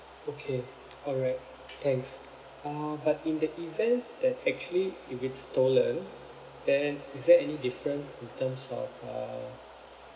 okay all right thanks uh but in the event that actually if it's stolen then is there any difference in terms of uh